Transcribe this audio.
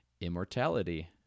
immortality